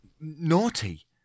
Naughty